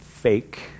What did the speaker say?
fake